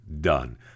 done